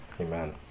Amen